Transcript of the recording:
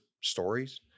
stories